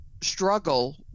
struggle